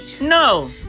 No